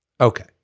Okay